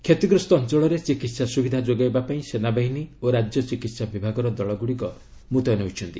କ୍ଷତିଗ୍ରସ୍ତ ଅଞ୍ଚଳରେ ଚିକିତ୍ସା ସୁବିଧା ଯୋଗାଇବା ପାଇଁ ସେନା ବାହିନୀ ଓ ରାଜ୍ୟ ଚିକିତ୍ସା ବିଭାଗର ଦଳଗୁଡ଼ିକ ମୁତୟନ ହୋଇଛନ୍ତି